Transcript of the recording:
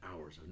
hours